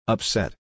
Upset